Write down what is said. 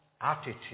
attitude